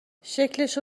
شکلشو